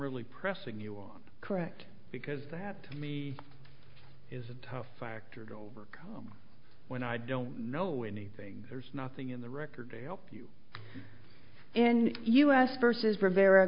really pressing you on correct because that to me is a tough factor to overcome when i don't know anything there's nothing in the record a o q and us versus rivera